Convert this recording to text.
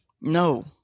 No